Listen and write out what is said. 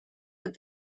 said